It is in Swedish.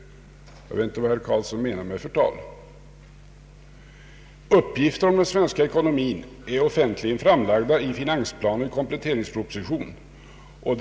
Jag vet inte vad herr Karlsson menar med förtal. Uppgifter om den svenska ekonomin är offentligen framlagda i finansplanen och kompletteringspropositionen.